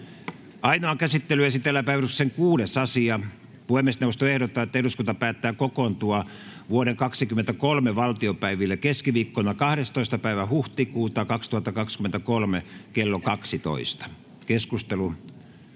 Ainoaan käsittelyyn esitellään päiväjärjestyksen 6. asia. Puhemiesneuvosto ehdottaa, että eduskunta päättää kokoontua vuoden 2023 valtiopäiville keskiviikkona 12.4.2023 kello 12.